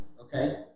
okay